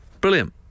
Brilliant